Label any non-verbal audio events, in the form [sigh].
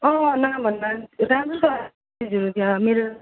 अँ नाम [unintelligible]